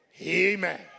Amen